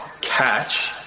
catch